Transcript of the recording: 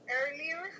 earlier